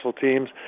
teams